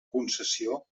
concessió